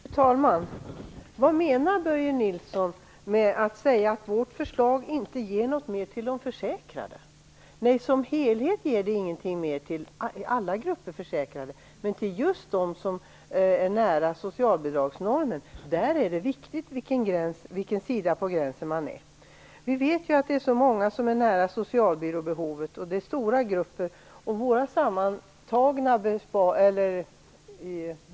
Fru talman! Vad menar Börje Nilsson med att säga att vårt förslag inte ger mer till de försäkrade? Det är riktigt att det som helhet inte ger mer till alla grupper försäkrade, men det ger mer till just dem som är nära socialbidragsnormen. Där är det viktigt på vilken sida av gränsen man ligger. Vi vet att det är många som är nära socialbyråbehovet. Det är stora grupper.